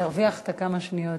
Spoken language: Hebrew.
תרוויח את הכמה שניות